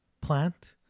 plant